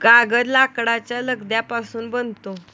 कागद लाकडाच्या लगद्यापासून बनतो